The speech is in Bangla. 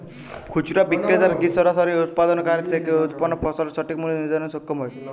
খুচরা বিক্রেতারা কী সরাসরি উৎপাদনকারী থেকে উৎপন্ন ফসলের সঠিক মূল্য নির্ধারণে সক্ষম হয়?